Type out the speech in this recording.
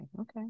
Okay